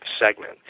segment